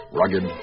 rugged